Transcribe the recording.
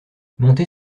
monter